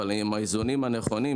אבל עם האיזונים הנכונים,